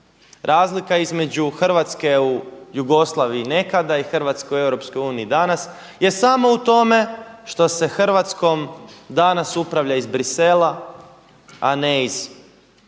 Razlika između Hrvatske u Jugoslaviji nekada i Hrvatske u Europskoj uniji danas je samo u tome što se Hrvatskom danas upravlja iz Bruxellesa, a ne iz Beograda.